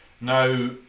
Now